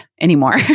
anymore